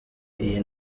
iyi